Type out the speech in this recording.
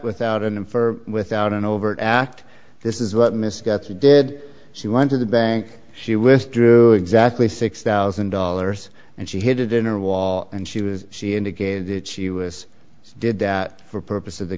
without an infer without an overt act this is what mr did she went to the bank she withdrew exactly six thousand dollars and she hid it in or wall and she was she indicated that she was did that for purposes of the